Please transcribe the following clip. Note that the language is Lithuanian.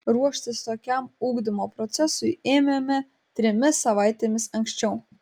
ruoštis tokiam ugdymo procesui ėmėme trimis savaitėmis anksčiau